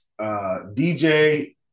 DJ